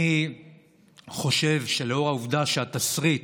אני חושב שלאור העובדה שהתסריט